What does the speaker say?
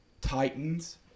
Titans